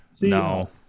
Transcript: No